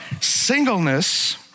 singleness